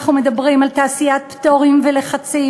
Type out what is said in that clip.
אנחנו מדברים על תעשיית פטורים ולחצים